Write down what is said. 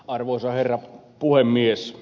arvoisa herra puhemies